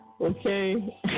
Okay